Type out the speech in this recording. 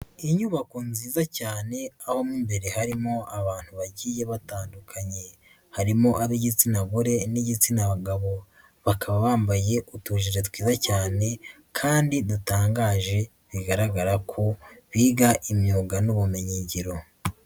Inyubako nziza cyane aho mo imbere harimo abantu bagiye batandukanye, harimo ab'igitsina gore n'igitsina abagabo, bakaba bambaye utujire twiza cyane kandi dutangaje bigaragara ko biga imyuga n'ubumenyin ngiro.